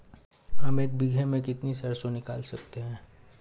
हम एक बीघे में से कितनी सरसों निकाल सकते हैं?